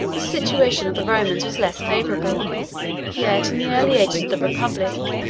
the situation of the romans was less favorable yet in the early ages of the republic,